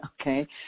okay